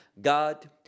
God